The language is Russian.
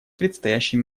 предстоящие